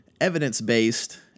evidence-based